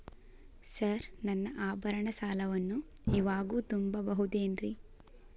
Sir ನನ್ನ ಆಭರಣ ಸಾಲವನ್ನು ಇವಾಗು ತುಂಬ ಬಹುದೇನ್ರಿ?